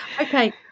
okay